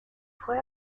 fue